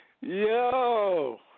Yo